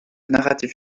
narratif